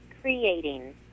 creating